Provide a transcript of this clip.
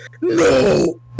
No